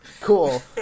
Cool